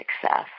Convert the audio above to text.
success